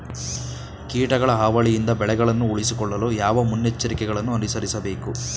ಕೀಟಗಳ ಹಾವಳಿಯಿಂದ ಬೆಳೆಗಳನ್ನು ಉಳಿಸಿಕೊಳ್ಳಲು ಯಾವ ಮುನ್ನೆಚ್ಚರಿಕೆಗಳನ್ನು ಅನುಸರಿಸಬೇಕು?